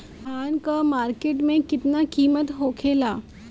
धान क मार्केट में का कीमत होखेला?